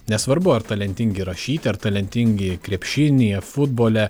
nesvarbu ar talentingi rašyti ar talentingi krepšinyje futbole